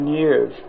years